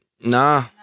Nah